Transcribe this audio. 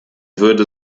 würde